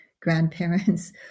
grandparents